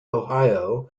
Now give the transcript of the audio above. ohio